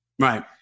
Right